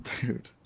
Dude